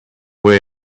way